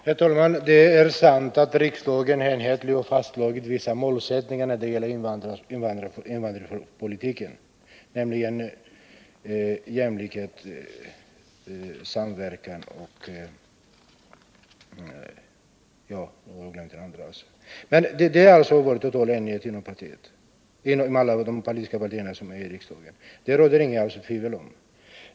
Herr talman! Det är sant att riksdagen enhälligt har fastslagit vissa målsättningar när det gäller invandrarpolitiken, nämligen jämlikhet, samverkan och annat som det länge nått enighet om i de olika politiska partierna i riksdagen. Detta råder det inget tvivel om.